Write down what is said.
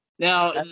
Now